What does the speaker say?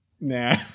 nah